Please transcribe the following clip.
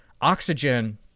oxygen